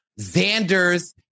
Xander's